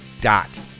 dot